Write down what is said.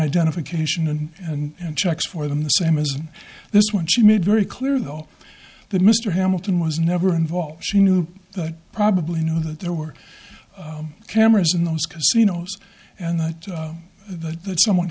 identification and and checks for them the same as this one she made very clear though that mr hamilton was never involved she knew but probably know that there were cameras in those casinos and that that that someone